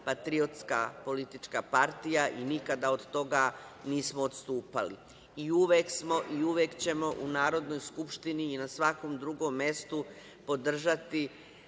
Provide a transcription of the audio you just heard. patriotska politička partija i nikada od toga nismo odstupali. Uvek smo i uvek ćemo u Narodnoj skupštini i na svakom drugom mestu podržati